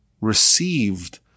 received